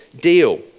deal